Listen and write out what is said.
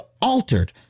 altered